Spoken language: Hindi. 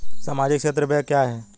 सामाजिक क्षेत्र व्यय क्या है?